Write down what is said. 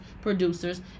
producers